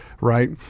Right